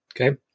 Okay